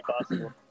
possible